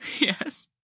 yes